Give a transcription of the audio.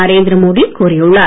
நரேந்திர மோடி கூறியுள்ளார்